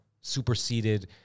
superseded